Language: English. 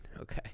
Okay